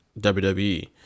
WWE